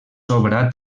obrat